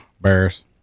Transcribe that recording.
Bears